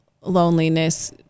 loneliness